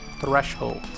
threshold